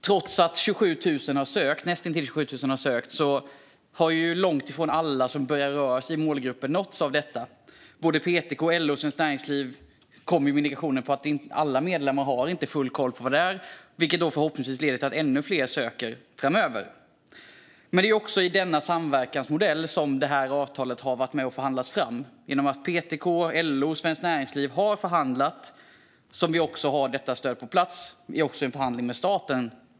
Trots att näst intill 27 000 har sökt har långt ifrån alla som berörs i målgruppen nåtts av detta. PTK, LO och Svenskt Näringsliv kommer med indikationer på att inte alla medlemmar har full koll på vad detta är. Det leder förhoppningsvis till att ännu fler söker framöver. Det är genom den samverkansmodell där det här avtalet har förhandlats fram med PTK, LO och Svenskt Näringsliv som vi har detta stöd på plats. Det är också självklart en förhandling med staten.